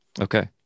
okay